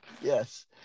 yes